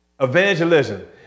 Evangelism